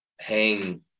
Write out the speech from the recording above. hang